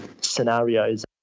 scenarios